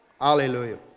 Hallelujah